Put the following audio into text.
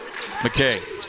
McKay